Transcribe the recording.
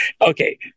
Okay